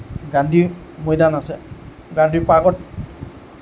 গান্ধী মৈদান আছে গান্ধী পাৰ্কত